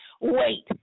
wait